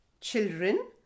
Children